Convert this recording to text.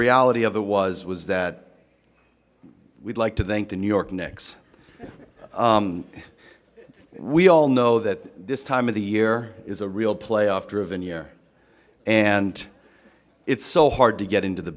reality of the was was that we'd like to thank the new york knicks we all know that this time of the year is a real playoff driven year and it's so hard to get into the